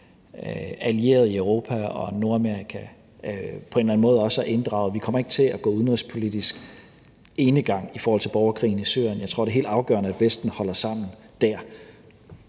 allierede i Europa og Nordamerika på en eller anden måde også er inddraget. Vi kommer ikke til at gå udenrigspolitisk enegang i forhold til borgerkrigen i Syrien. Jeg tror, det er helt afgørende, at Vesten holder sammen dér.